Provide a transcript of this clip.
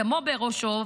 דמו בראשו,